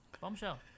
Bombshell